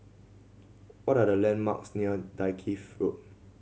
what are the landmarks near Dalkeith Road